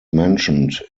mentioned